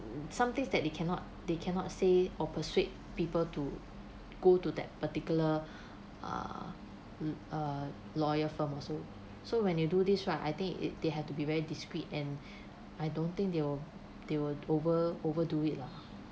some things that they cannot they cannot say or persuade people to go to that particular uh err lawyer firm also so when you do this right I think it they have to be very discreet and I don't think they will they will over overdo it lah